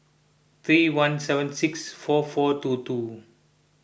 three one seven six four four two two